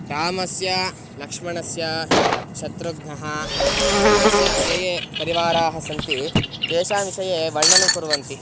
रामस्य लक्ष्मणस्य शत्रुघ्नः तस्य ये ये परिवाराः सन्ति तेषां विषये वर्णनं कुर्वन्ति